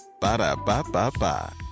Ba-da-ba-ba-ba